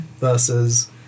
versus